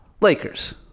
Lakers